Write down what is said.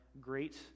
great